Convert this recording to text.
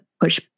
push